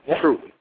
true